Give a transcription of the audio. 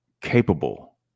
capable